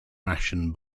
ration